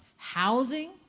Housing